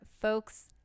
folks